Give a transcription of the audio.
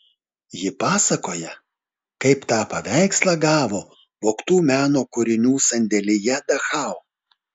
ji pasakoja kaip tą paveikslą gavo vogtų meno kūrinių sandėlyje dachau